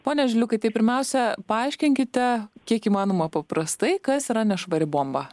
pone žiliukai tai pirmiausia paaiškinkite kiek įmanoma paprastai kas yra nešvari bomba